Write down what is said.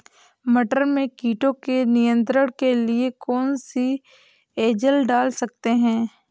मटर में कीटों के नियंत्रण के लिए कौन सी एजल डाल सकते हैं?